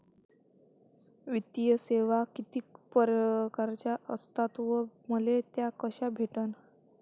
वित्तीय सेवा कितीक परकारच्या असतात व मले त्या कशा भेटन?